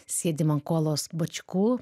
sėdim ant kolos bačkų